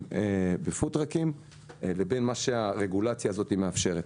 בפוד-טראקים ובין מה שהרגולציה הזאת מאפשרת.